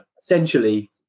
essentially